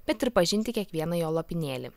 bet ir pažinti kiekvieną jo lopinėlį